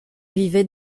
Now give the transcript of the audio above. vivait